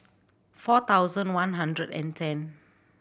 four thousand one hundred and ten